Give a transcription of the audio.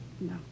No